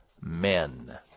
men